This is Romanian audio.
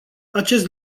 acest